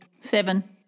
Seven